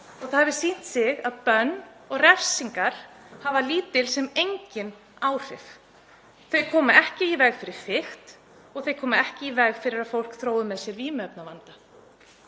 og það hefur sýnt sig að bönn og refsingar hafa lítil sem engin áhrif. Þau koma ekki í veg fyrir fikt og þau koma ekki í veg fyrir að fólk þrói með sér vímuefnavanda.